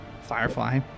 firefly